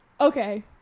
Okay